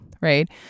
right